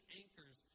anchors